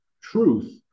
truth